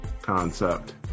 concept